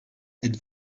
êtes